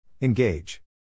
Engage